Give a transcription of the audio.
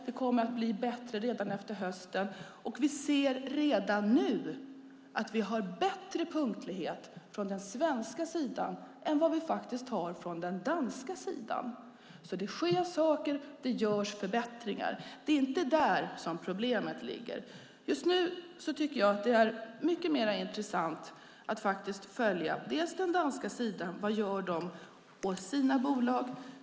Det kommer att bli bättre redan efter hösten, och vi ser redan nu att vi har bättre punktlighet från den svenska sidan än man har från den danska sidan. Det sker alltså saker, och det görs förbättringar. Det är inte där som problemet ligger. Just nu tycker jag att det är mycket mer intressant att faktiskt följa vad man gör på den danska sidan i sina bolag.